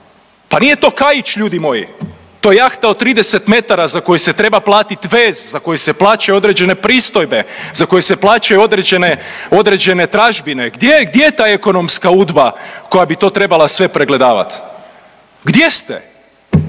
Pa nije to kaić ljudi moji, to je jahta od 30 metara za koju se treba platiti vez, za koju se plaćaju određene pristojbe, za koju se plaćaju određene tražbine, gdje je ta ekonomska Udba koja bi to trebala sve pregledavat? Gdje ste?